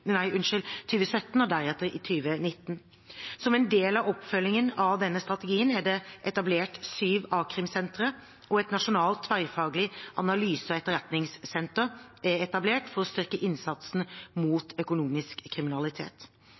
Som en del av oppfølgingen av denne strategien er det etablert syv a-krimsentre, og et nasjonalt tverretatlig analyse- og etterretningssenter er etablert for å styrke innsatsen mot økonomisk kriminalitet.